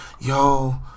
yo